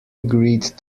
agreed